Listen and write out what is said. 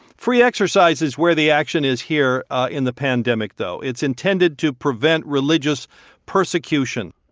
free exercise is where the action is here in the pandemic though. it's intended to prevent religious persecution.